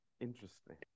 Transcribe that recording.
interesting